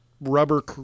rubber